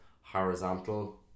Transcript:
horizontal